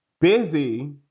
busy